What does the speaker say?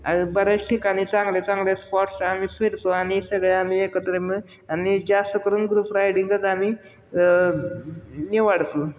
बऱ्याच ठिकाणी चांगले चांगले स्पॉर्ट्स आम्ही फिरतो आणि सगळे आम्ही एकत्र आणि जास्त करून ग्रुप रायडिंगच आम्ही निवडतो